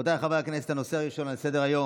ואליד אלהואשלה,